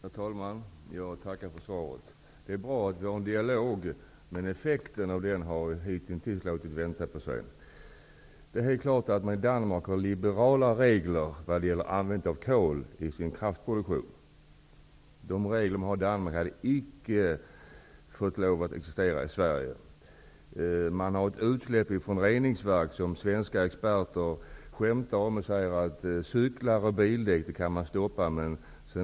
Herr talman! Jag tackar för svaret. Det är bra att det förs en dialog, men resultaten av denna har hitintills låtit vänta på sig. Det är helt klart att man i Danmark har liberalare regler för användandet av kol vid kraftproduktion. Svenska experter skämtar om utsläppen från danska reningsverk och säger att man kan stoppa cyklar och bildäck medan resten släpps rätt ut.